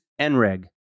NREG